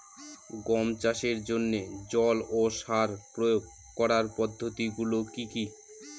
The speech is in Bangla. গম চাষের জন্যে জল ও সার প্রয়োগ করার পদ্ধতি গুলো কি কী?